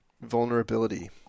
vulnerability